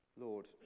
Lord